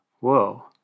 Whoa